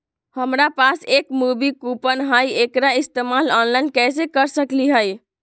हमरा पास एक मूवी कूपन हई, एकरा इस्तेमाल ऑनलाइन कैसे कर सकली हई?